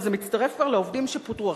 זה מצטרף כבר לעובדים שפוטרו.